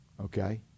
okay